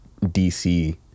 DC